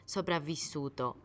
Sopravvissuto